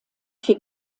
vier